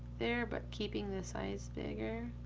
there, but keeping the size bigger.